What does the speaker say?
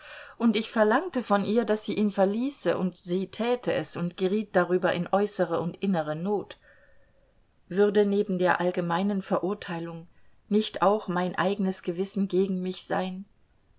und ich verlangte von ihr daß sie ihn verließe und sie täte es und geriet darüber in äußere und innere not würde neben der allgemeinen verurteilung nicht auch mein eigenes gewissen gegen mich sein